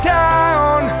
town